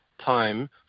time